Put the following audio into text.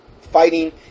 fighting